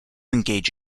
engage